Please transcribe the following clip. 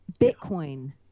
Bitcoin